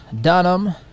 Dunham